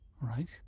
Right